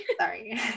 Sorry